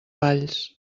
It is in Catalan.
valls